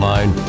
Line